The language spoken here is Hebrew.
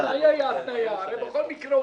בכל מקרה,